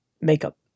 makeup